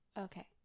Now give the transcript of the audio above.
Okay